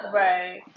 right